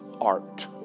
art